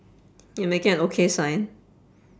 you're making an okay sign